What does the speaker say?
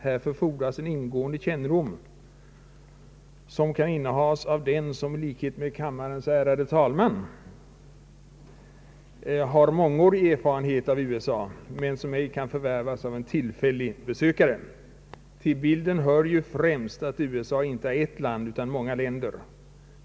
Härför fordras en ingående kännedom som kan innehas av den som i likhet med kammarens ärade talman har mångårig erfarenhet av USA men som ej kan förvärvas av en tillfällig besökare. Till bilden hör ju främst att USA inte är ett land utan många länder.